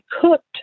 cooked